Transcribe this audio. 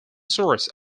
source